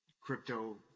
crypto